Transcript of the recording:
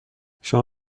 شما